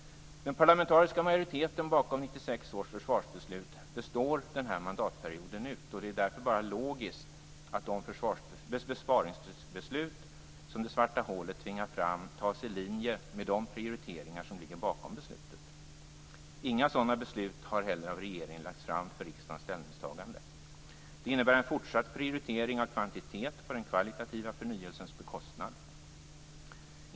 Den parlamentariska majoriteten bakom 1996 års försvarsbeslut består den här mandatperioden ut. Det är därför bara logiskt att de besparingsbeslut som det svarta hålet tvingar fram fattas i linje med de prioriteringar som ligger bakom beslutet. Inga sådana beslut har heller lagts fram för riksdagens ställningstagande av regeringen. Det innebär en fortsatt prioritering av kvantitet på den kvalitativa förnyelsens bekostnad.